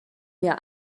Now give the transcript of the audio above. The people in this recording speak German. wir